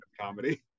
comedy